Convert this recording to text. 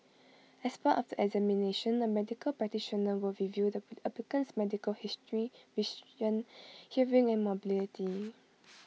as part of the examination A medical practitioner will review the applicant's medical history vision hearing and mobility